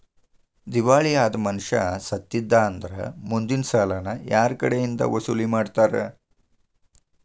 ದಿವಾಳಿ ಅದ್ ಮನಷಾ ಸತ್ತಿದ್ದಾ ಅಂದ್ರ ಮುಂದಿನ್ ಸಾಲಾನ ಯಾರ್ಕಡೆಇಂದಾ ವಸೂಲಿಮಾಡ್ತಾರ?